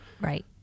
Right